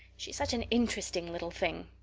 she's such an interesting little thing.